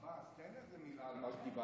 עבאס, תן איזו מילה על מה שדיברתי.